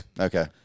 Okay